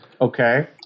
Okay